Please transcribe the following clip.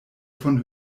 von